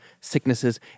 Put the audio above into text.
sicknesses